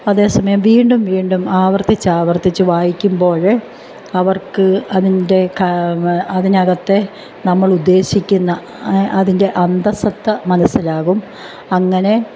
അതേസമയം വീണ്ടും വീണ്ടും ആവർത്തിച്ചു ആവർത്തിച്ചു വായിക്കുമ്പോൾ അവർക്ക് അതിൻ്റെ അതിനകത്തെ നമ്മൾ ഉദ്ദേശിക്കുന്ന അതിൻ്റെ അന്തസത്ത മനസ്സിലാകും അങ്ങനെ